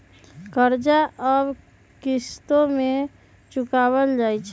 कर्जा अब किश्तो में चुकाएल जाई छई